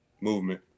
movement